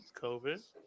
COVID